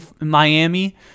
Miami